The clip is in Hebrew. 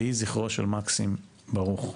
יהי זכרו של מקסים ברוך.